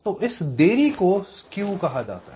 और इसी देरी को स्केव कहा जाता है